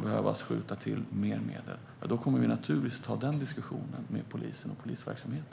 behöva skjutas till mer medel kommer vi naturligtvis att ta den diskussionen med polisen och polisverksamheten.